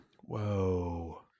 Whoa